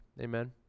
Amen